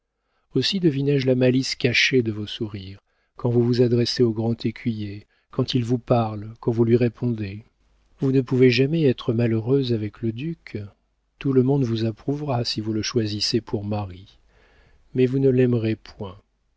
aussi deviné je la malice cachée de vos sourires quand vous vous adressez au grand écuyer quand il vous parle quand vous lui répondez vous ne pouvez jamais être malheureuse avec le duc tout le monde vous approuvera si vous le choisissez pour mari mais vous ne l'aimerez point